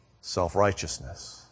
self-righteousness